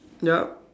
yup